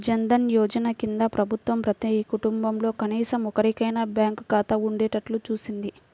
జన్ ధన్ యోజన కింద ప్రభుత్వం ప్రతి కుటుంబంలో కనీసం ఒక్కరికైనా బ్యాంకు ఖాతా ఉండేట్టు చూసింది